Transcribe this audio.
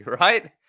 right